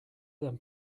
than